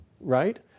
right